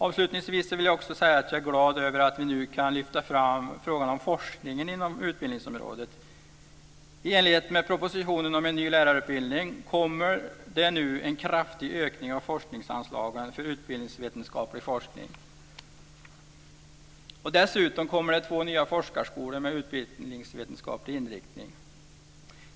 Avslutningsvis vill jag också säga att jag är glad över att vi nu kan lyfta fram frågan om forskningen inom utbildningsområdet. I enlighet med propositionen om en ny lärarutbildning kommer det nu en kraftig ökning av forskningsanslagen för utbildningsvetenskaplig forskning. Dessutom kommer det två nya forskarskolor med utbildningsvetenskaplig inriktning.